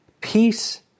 Peace